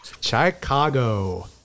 Chicago